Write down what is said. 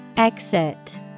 Exit